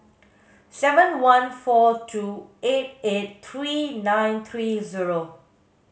seven one four two eight eight three nine three zero